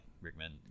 Rickman